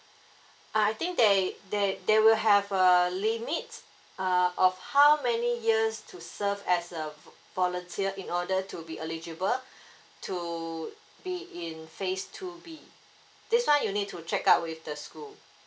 ah I think they they they will have a limits err of how many years to serve as a vo~ volunteer in order to be eligible to be in phase two B this one you need to check out with the school